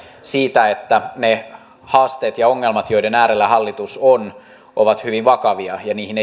siitä että ne haasteet ja ongelmat joiden äärellä hallitus on ovat hyvin vakavia ja niihin